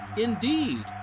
Indeed